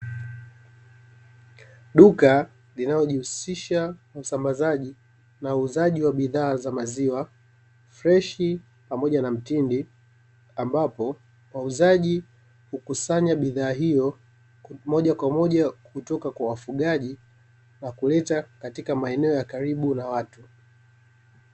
Duka linalojihusisha na usambazaji na uuzaji wa bidhaa za maziwa fresh pamoja na mtindi. Ambapo wauzaji hukusanya bidhaa hiyo moja kwa moja kutoka kwa wafugaji na kuleta katika maeneo ya karibu na watu.